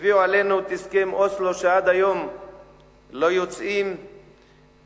הביאו עלינו את הסכם אוסלו ועד היום לא יוצאים מכל